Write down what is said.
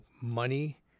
money